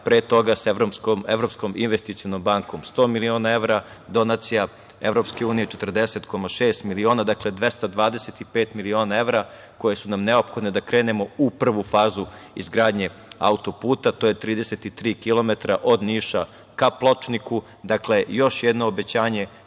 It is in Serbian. pre toga sa Evropskom investicionom bankom 100 miliona evra, donacija Evropske unije 40,6 miliona, dakle, 225 miliona evra koje su nam neophodne da krenemo u prvu fazu izgradnje auto-puta, to je 33 kilometra od Niša ka Pločniku, dakle, još jedno obećanje